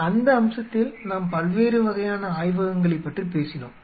எனவே அந்த அம்சத்தில் நாம் பல்வேறு வகையான ஆய்வகங்களைப் பற்றி பேசினோம்